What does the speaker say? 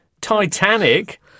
Titanic